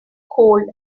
cold